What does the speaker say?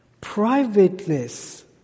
Privateness